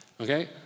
Okay